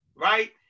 right